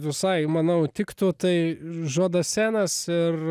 visai manau tiktų tai žo dasenas ir